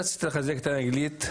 רציתי לחזק את האנגלית,